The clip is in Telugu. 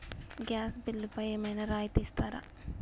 గ్యాస్ బిల్లుపై ఏమైనా రాయితీ ఇస్తారా?